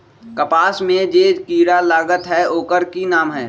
कपास में जे किरा लागत है ओकर कि नाम है?